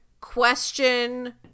question